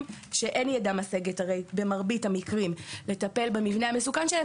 שאין ידם משגת וכך זה במרבית המקרים לטפל במבנה המסוכן שלהם,